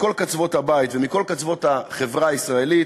מכל קצוות הבית ומכל קצוות החברה הישראלית,